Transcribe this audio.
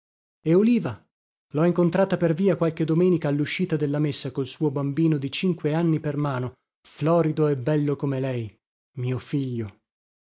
e oliva lho incontrata per via qualche domenica alluscita della messa col suo bambino di cinque anni per mano florido e bello come lei mio figlio